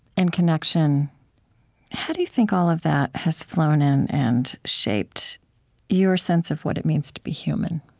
and connection how do you think all of that has flown in and shaped your sense of what it means to be human?